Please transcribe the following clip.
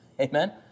Amen